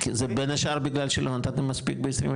כי זה בין השאר, בגלל שלא נתתם מספיק ב-22,